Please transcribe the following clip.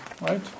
right